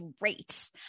great